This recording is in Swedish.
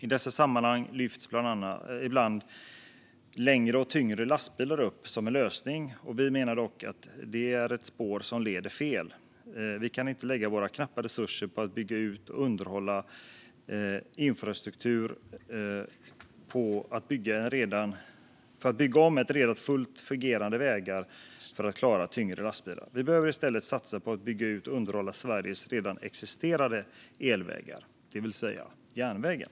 I dessa sammanhang lyfts ibland längre och tyngre lastbilar upp som en lösning, men vi menar att det är ett spår som leder fel. Vi kan inte lägga våra knappa resurser för utbyggnad och underhåll av infrastruktur på att bygga om redan fullt fungerande vägar för att klara tyngre lastbilar. Vi behöver i stället satsa på att bygga ut och underhålla Sveriges redan existerande elvägar, det vill säga järnvägen.